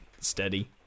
steady